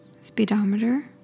speedometer